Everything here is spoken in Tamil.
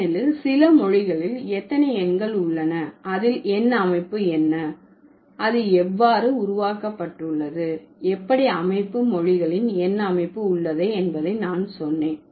ஏனெனில் சில மொழிகளில் எத்தனை எண்கள் உள்ளன அதில் எண் அமைப்பு என்ன அது எவ்வாறு உருவாக்கப்பட்டுள்ளது எப்படி அமைப்பு மொழிகளின் எண் அமைப்பு உள்ளது என்பதை நான் சொன்னேன்